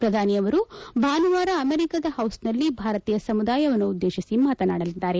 ಶ್ರಧಾನಿ ಅವರು ಭಾನುವಾರ ಅಮೆರಿಕಾದ ಹೌಸ್ಟನ್ನಲ್ಲಿ ಭಾರತೀಯ ಸಮುದಾಯವನ್ನುದ್ದೇಶಿಸಿ ಮಾತನಾಡಲಿದ್ದಾರೆ